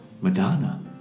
Madonna